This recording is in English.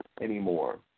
anymore